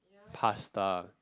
pasta